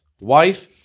Wife